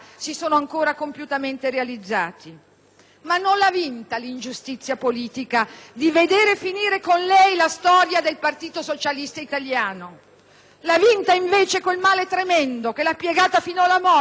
compiutamente realizzati. Ma non l'ha vinta l'ingiustizia politica di vedere finire con lei la storia del Partito socialista italiano: l'ha vinta, invece, quel male tremendo che l'ha piegata fino alla morte.